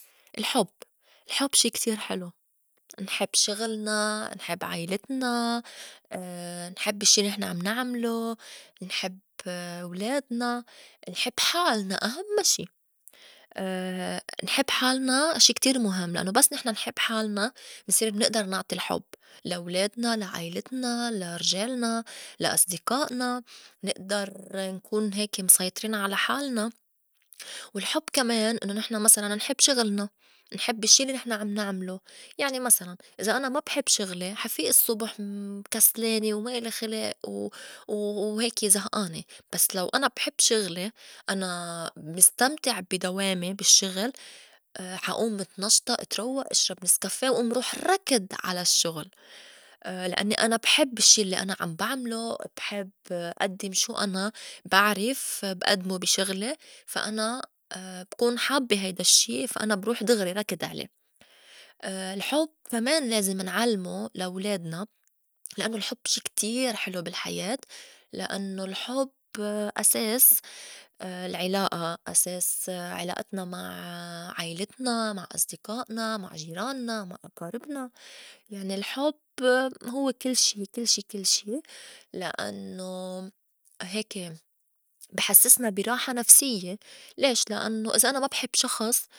الحُب، الحُب شي كتير حلو نحب شغلنا، نحب عيلتنا، نحب الشّي الّي نحن عم نعملو، نحب ولادنا، نحب حالنا أهمّا شي، نحب حالنا شي كتير مُهم لأنّو بس نحن نحب حالنا منصير منئدر نعطي الحُب لا ولادنا، لا عيلتنا، لا رجالنا، لا أصدقائنا، نئدر نكون هيك مسيطرين على حالنا، والحُب كمان إنّو نحن مسلاً نحب شغلنا، نحب الشّي الّي نحن عم نعملو يعني مسلاً إذا أنا ما بحب شغلي حا فيئ الصّبح كسلانة وما إلي خلئ و وهيكي زهئانة بس لو أنا بحب شغلي أنا مستمتع بي دوامي بالشّغل حا ئوم متنشطة اتروّئ، إشرب نسكافيه وئوم روح ركض على الشّغُل لأنّي أنا بحب الشّي الّي أنا عم بعملو، بحب أدّم شو أنا بعرف بئدمو بي شغلي فا أنا بكون حابّة هيدا الشّي فا أنا بروح دغري ركض علي، الحُب كمان لازم نعلْمو لا ولادنا لأنّو الحُب شي كتير حلو بالحياة لأنّو الحُب أساس العلائة أساس عِلائتنا مع عيلتنا، مع أصدقائنا، مع جيرانّا، مع أقاربنا، يعني الحُب هوّ كل- شي- كل- شي- كل شي لأنّو هيكي بي حسّسنا بي راحة نفسيّة ليش؟ لأنّو إذا أنا ما بحب شخص.